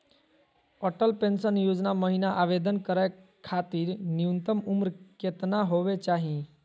Atal pension योजना महिना आवेदन करै खातिर न्युनतम उम्र केतना होवे चाही?